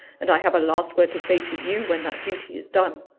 and i have a last word to say to you when that duty is done.